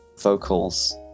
vocals